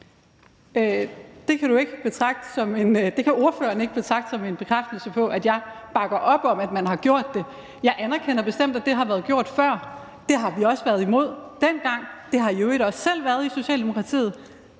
Det kan ordføreren ikke betragte som en bekræftelse af, at jeg bakker op om, at man har gjort det. Jeg anerkender bestemt, at det har været gjort før. Det var vi også dengang imod. Det har Socialdemokratiet